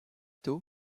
tôt